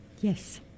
Yes